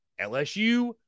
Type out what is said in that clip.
LSU